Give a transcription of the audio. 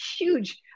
huge